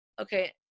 Okay